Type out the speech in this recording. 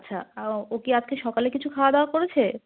আচ্ছা ও কি আজকে সকালে কিছু খাওয়া দাওয়া করেছে